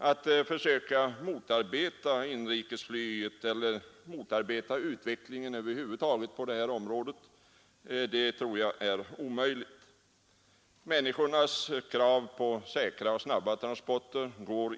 Att motarbeta detta eller utvecklingen över huvud taget på detta område är enligt min mening omöjligt. Det går inte att hindra människornas krav på säkra och snabba transporter.